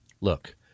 look